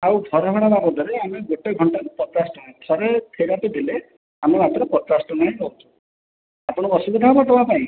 ଆଉ ଘର ଭଡ଼ା ବାବଦରେ ଆମେ ଗୋଟେ ଘଣ୍ଟାକୁ ପଚାଶ ଟଙ୍କା ଥରେ ଥେରାପି ଦେଲେ ଆମେ ମାତ୍ର ପଚାଶ ଟଙ୍କା ନେଉଛୁ ଆପଣଙ୍କୁ ଅସୁବିଧା ହେବ ଦେବାପାଇଁ